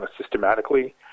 systematically